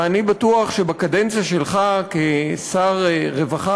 ואני בטוח שבקדנציה שלך כשר הרווחה